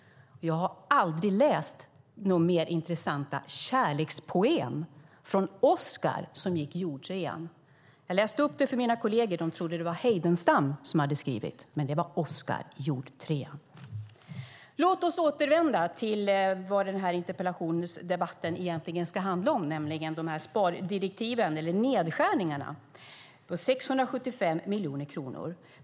Jag har aldrig läst några intressantare kärlekspoem än de som var skrivna av Oskar, som gick Jord 3. Jag läste upp dem för mina kolleger. De trodde att det var Heidenstam som hade skrivit, men det var Oskar i Jord 3. Låt oss återvända till vad den här interpellationsdebatten egentligen ska handla om, nämligen nedskärningarna på 675 miljoner kronor.